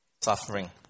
Suffering